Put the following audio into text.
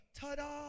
ta-da